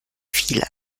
viel